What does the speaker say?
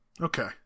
Okay